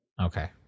Okay